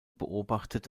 beobachtet